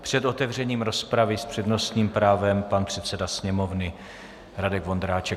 Před otevřením rozpravy s přednostním právem pan předseda Sněmovny Radek Vondráček.